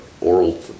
oral